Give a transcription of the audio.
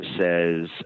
says